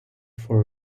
for